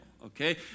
Okay